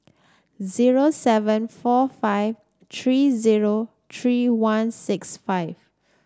zero seven four five three zero three one six five